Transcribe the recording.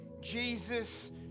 Jesus